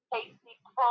Casey